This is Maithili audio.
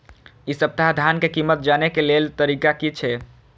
इ सप्ताह धान के कीमत जाने के लेल तरीका की छे?